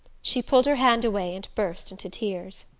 she pulled her hand away and burst into tears.